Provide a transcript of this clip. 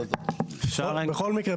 בכל מקרה,